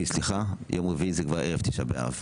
יום רביעי זה ערב תשעה באב.